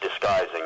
disguising